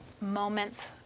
moments